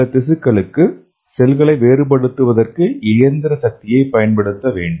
சில திசுக்களுக்கு செல்களை வேறுபடுத்துவதற்கு இயந்திர சக்தியைப் பயன்படுத்த வேண்டும்